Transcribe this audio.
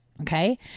Okay